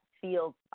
feels